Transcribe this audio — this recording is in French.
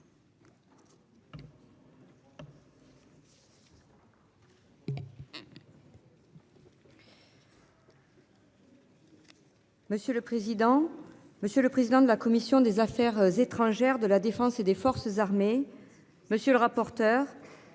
Monsieur le président, monsieur le président de la commission des Affaires étrangères de la Défense et des forces armées. Monsieur le rapporteur.